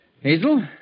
Hazel